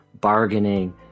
bargaining